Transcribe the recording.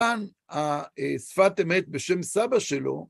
כאן שפת אמת בשם סבא שלו.